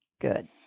Good